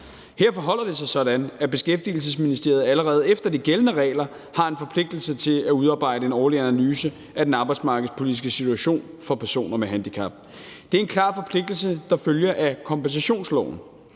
Her forholder det sig sådan, at Beskæftigelsesministeriet allerede efter de gældende regler har en forpligtelse til at udarbejde en årlig analyse af den arbejdsmarkedspolitiske situation for personer med handicap. Det er en klar forpligtelse, der følger af kompensationsloven.